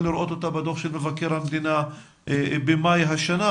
לראות אותה בדוח של מבקר המדינה במאי השנה,